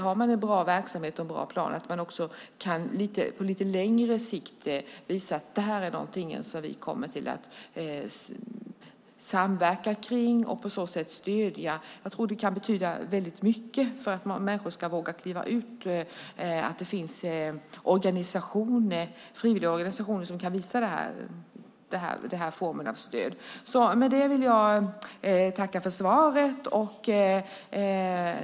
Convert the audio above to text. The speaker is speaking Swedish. Har man en bra verksamhet och en bra plan kanske man på lite längre sikt kan visa att det här är något som vi kommer att samverka kring och på så sätt stödja. Jag tror att det kan betyda väldigt mycket för att människor ska våga kliva ut att det finns frivilligorganisationer som kan visa den här formen av stöd. Med detta vill jag tacka för svaret.